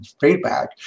feedback